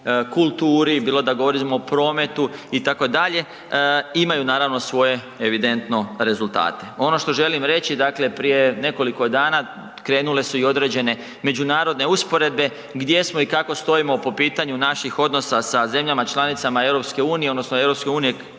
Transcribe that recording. kulturi, bilo da govorimo o prometu itd. imaju naravno svoje evidentno rezultate. Ono što želim reći, dakle prije nekoliko dana krenule su i određene međunarodne usporedbe gdje smo i kako stojimo po pitanju naših odnosa sa zemljama članicama EU odnosno EU kao